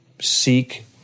seek